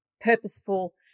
purposeful